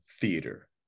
theater